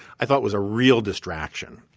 i thought was a real distraction